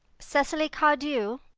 cecily cardew?